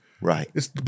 Right